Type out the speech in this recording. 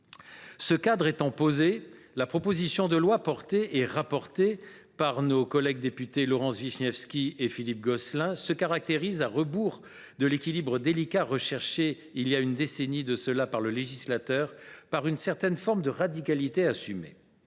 Ce cadre étant posé, la proposition de loi déposée et rapportée par nos collègues députés Laurence Vichnievsky et Philippe Gosselin se caractérise, à rebours de l’équilibre délicat recherché par le législateur il y a une décennie de cela, par une certaine forme de radicalité assumée.